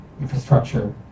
infrastructure